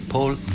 Paul